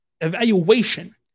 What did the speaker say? evaluation